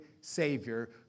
Savior